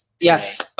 Yes